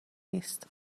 نیست